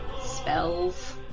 Spells